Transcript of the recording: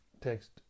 Text